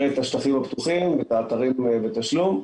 את השטחים הפתוחים ואת האתרים בתשלום,